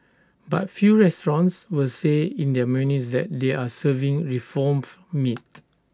but few restaurants will say in their menus that they are serving reformed meat